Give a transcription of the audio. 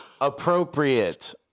Appropriate